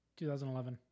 2011